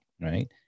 right